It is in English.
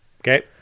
Okay